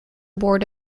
board